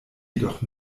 jedoch